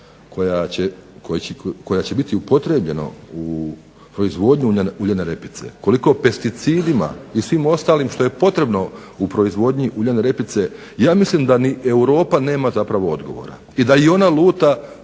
koja će biti upotrebljeno u proizvodnju uljane repice, koliko pesticidima i svim ostalim što je potrebno u proizvodnji uljane repice, ja mislim da ni Europa nema zapravo odgovora i da ona luta